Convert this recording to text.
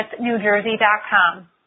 NewJersey.com